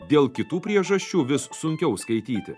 dėl kitų priežasčių vis sunkiau skaityti